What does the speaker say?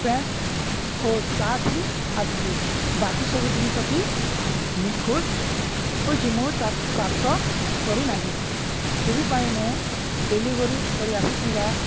pant ଓ shirt ହିଁ ଆସିଛିି ବାକି ସବୁ ଜିନିଷଟି ନିଖୋଜ ହୋଇଛି ମୁଁ ତାକୁ ପ୍ରାପ୍ତ କରିନାହିଁ ସେଥିପାଇଁ ମୁଁ ଡେଲିଭରି କରି ଆସିଥିବା